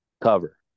cover